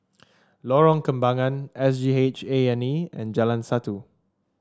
Lorong Kembangan S G H A and E and Jalan Satu